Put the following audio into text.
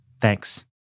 Thanks